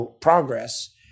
progress